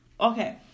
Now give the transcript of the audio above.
okay